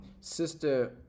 Sister